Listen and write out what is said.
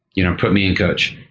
you know put me in coach.